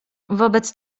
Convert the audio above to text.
wobec